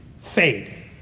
fade